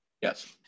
Yes